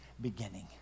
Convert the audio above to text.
beginning